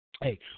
Hey